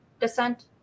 descent